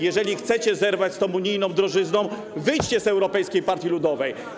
Jeżeli chcecie zerwać z tą unijną drożyzną, wyjdźcie z Europejskiej Partii Ludowej.